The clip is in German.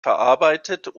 verarbeitet